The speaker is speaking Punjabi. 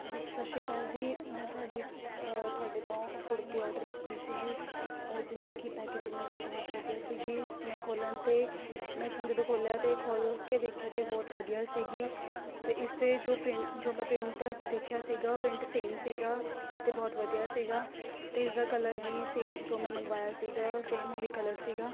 ਸਤਿ ਸ਼੍ਰੀ ਅਕਾਲ ਜੀ ਮੈਂ ਤੁਹਾਡੇ ਤੁਹਾਡੇ ਤੋਂ ਕੁੜਤੀ ਔਡਰ ਕੀਤੀ ਸੀਗੀ ਜਿਸਦੀ ਕਿ ਪੈਕਜਿੰਗ ਬਹੁਤ ਵਧੀਆ ਸੀਗੀ ਮੈਂ ਖੋਲਣ ਅਤੇ ਮੈਂ ਇਸਨੂੰ ਜਦੋਂ ਖੋਲਿਆ ਅਤੇ ਖੋਲ ਕੇ ਦੇਖਿਆ ਅਤੇ ਬਹੁਤ ਵਧੀਆ ਸੀਗੀ ਅਤੇ ਇਸ 'ਤੇ ਜੋ ਪ੍ਰਿੰਟ ਜੋ ਮੈਂ ਪ੍ਰਿੰਟ ਦੇਖਿਆ ਸੀਗਾ ਉਹ ਪ੍ਰਿੰਟ ਸੇਮ ਸੀਗਾ ਅਤੇ ਬਹੁਤ ਵਧੀਆ ਸੀਗਾ ਅਤੇ ਇਸਦਾ ਕਲਰ ਵੀ ਸੇਮ ਜੋ ਮੈਂ ਮੰਗਵਾਇਆ ਸੀਗਾ ਸੇਮ ਉਹੀ ਕਲਰ ਸੀਗਾ